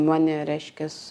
mane reiškias